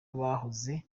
abahoze